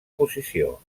posició